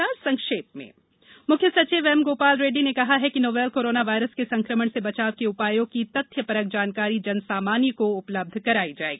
CS Reddy मुख्य सचिव एमगोपाल रेड्डी ने कहा है कि नोवल कोरोना वायरस के संक्रमण से बचाव के उपायों की तथ्यपरक जानकारी जनसामान्य को उपलब्ध कराई जाये